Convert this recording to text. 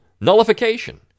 Nullification